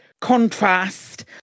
contrast